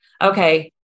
okay